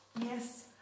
Yes